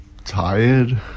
Tired